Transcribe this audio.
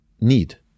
need